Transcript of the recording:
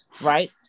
right